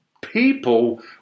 people